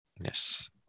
Yes